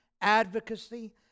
advocacy